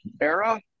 era